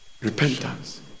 Repentance